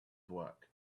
work